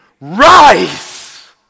Rise